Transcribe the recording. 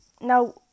Now